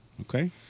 Okay